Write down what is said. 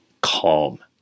calm